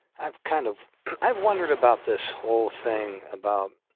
i've kind of i've wondered about this whole thing about,